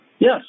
yes